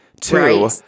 Two